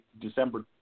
December